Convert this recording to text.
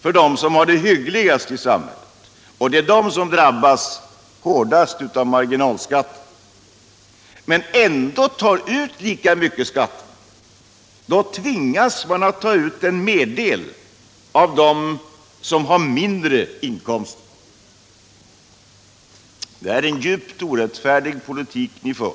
för dem som har det hyggligast i samhället — och det är de som drabbas hårdast av marginalskatt — men ändå tar ut lika mycket skatt så tvingas man ta ut en merdel av dem som har lägre inkomster. Det är en djupt orättfärdig politik ni för.